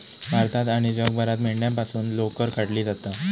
भारतात आणि जगभरात मेंढ्यांपासून लोकर काढली जाता